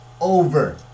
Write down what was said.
Over